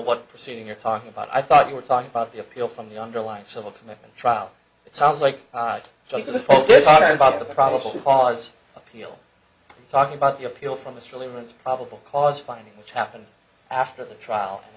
what proceeding you're talking about i thought you were talking about the appeal from the underlying civil commitment trial it sounds like just the focus are about the probable cause appeal i'm talking about the appeal from this really rich probable cause finding which happened after the trial a